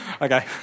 Okay